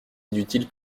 inutile